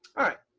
all right.